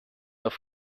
auf